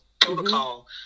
protocol